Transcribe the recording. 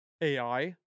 AI